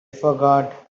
forgot